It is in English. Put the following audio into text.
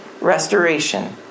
restoration